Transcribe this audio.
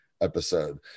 episode